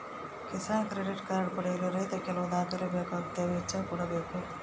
Kisan credit card ಪಡೆಯಲು ರೈತ ಕೆಲವು ದಾಖಲೆ ಬೇಕಾಗುತ್ತವೆ ಇಚ್ಚಾ ಕೂಡ ಬೇಕು